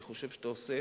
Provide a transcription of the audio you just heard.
אני חושב שאתה עושה